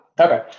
Okay